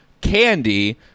Candy